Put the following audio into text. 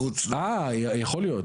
אה, יכול להיות.